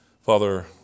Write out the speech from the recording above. Father